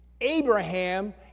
Abraham